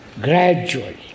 gradually